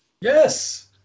Yes